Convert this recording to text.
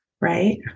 right